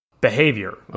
behavior